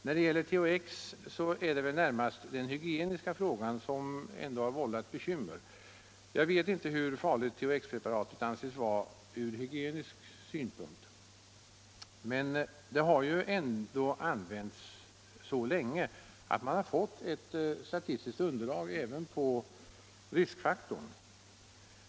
När det gäller THX är det väl närmast den hygieniska frågan som har vållat bekymmer. Jag vet inte hur farligt THX-preparatet anses vara från hygienisk synpunkt, men det har ändå använts så länge att man har fått ett statistiskt underlag även beträffande riskfaktorn.